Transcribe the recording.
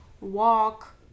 walk